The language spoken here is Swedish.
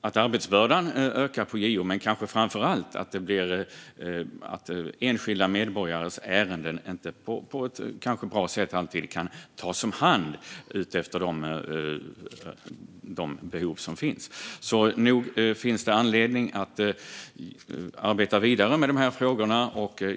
att arbetsbördan ökar på JO men kanske framför allt att enskilda medborgares ärenden kanske inte alltid kan tas om hand på ett bra sätt utifrån de behov som finns. Så nog finns det anledning att arbeta vidare med dessa frågor.